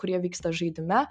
kurie vyksta žaidime